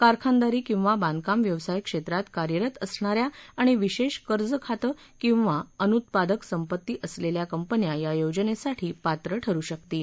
कारखानदारी किंवा बांधकाम व्यवसाय क्षेत्रात कार्यरत असणा या आणि विशेष कर्ज खातं किंवा अनुत्पादक संपत्ती असलेल्या कंपन्या या योजनेसाठी पात्र ठरु शकतील